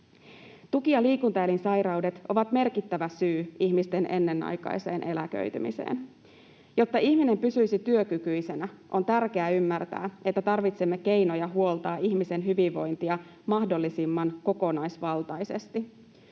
Tuki- ja liikuntaelinsairaudet ovat merkittävä syy ihmisten ennenaikaiseen eläköitymiseen. Jotta ihminen pysyisi työkykyisenä, on tärkeää ymmärtää, että tarvitsemme keinoja huoltaa ihmisen hyvinvointia mahdollisimman kokonaisvaltaisesti.